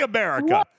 America